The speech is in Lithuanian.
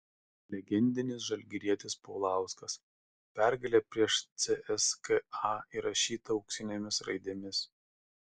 legendinis žalgirietis paulauskas pergalė prieš cska įrašyta auksinėmis raidėmis